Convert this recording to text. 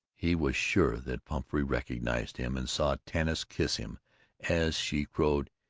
he was sure that pumphrey recognized him and saw tanis kiss him as she crowed,